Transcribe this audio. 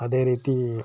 ಅದೇ ರೀತಿ